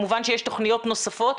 כמובן שיש תוכניות נוספות.